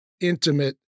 intimate